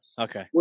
okay